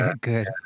good